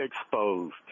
exposed